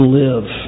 live